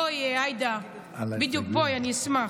בואי, עאידה, בואי, אני אשמח.